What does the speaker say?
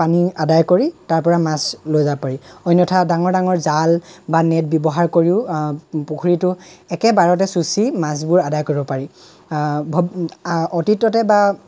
পানী আদায় কৰি তাৰ পৰা মাছ লৈ যাব পাৰি অন্যথা ডাঙৰ ডাঙৰ জাল বা নেট ব্যৱহাৰ কৰিও পুখুৰীটো একেবাৰতে চুচি মাছবোৰ আদায় কৰিব পাৰি